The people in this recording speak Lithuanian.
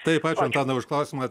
taip ačiū antanai už klausimą